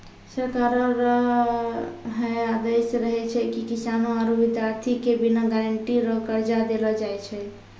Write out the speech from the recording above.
सरकारो रो है आदेस रहै छै की किसानो आरू बिद्यार्ति के बिना गारंटी रो कर्जा देलो जाय छै